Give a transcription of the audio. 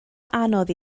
anodd